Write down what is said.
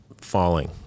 falling